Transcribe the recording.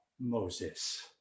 Moses